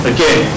Again